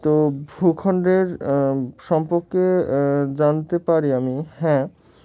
তো ভূখণ্ডের সম্পর্কে জানতে পারি আমি হ্যাঁ